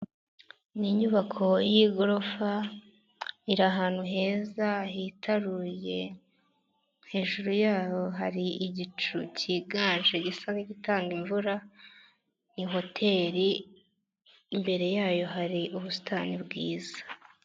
Ni inyubako y'igorofa iri ahantu heza hitaruye, hejuru yaho hari igicu kiganje gisa nk'igitanga imvura, ni hoteli imbere yayo hari ubusitani bwiza.